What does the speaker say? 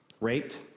raped